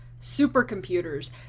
supercomputers